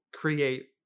create